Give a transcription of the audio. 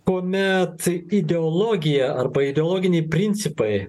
kuomet ideologija arba ideologiniai principai